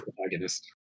protagonist